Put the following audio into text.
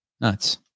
Nuts